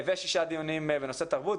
ושישה דיונים בנושא תרבות.